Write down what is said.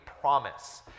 promise